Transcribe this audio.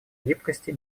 гибкости